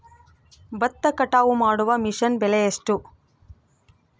ಭತ್ತ ಕಟಾವು ಮಾಡುವ ಮಿಷನ್ ಬೆಲೆ ಎಷ್ಟು?